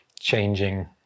changing